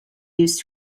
used